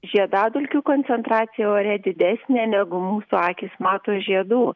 žiedadulkių koncentracija ore didesnė negu mūsų akys mato žiedų